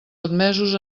admesos